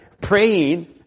praying